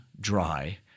dry